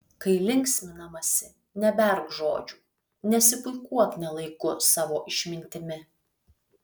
kai linksminamasi neberk žodžių nesipuikuok ne laiku savo išmintimi